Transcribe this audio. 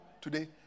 today